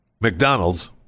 McDonald's